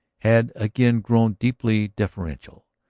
had again grown deeply deferential,